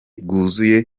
bwuzuye